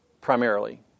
primarily